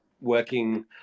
working